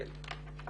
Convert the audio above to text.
כן.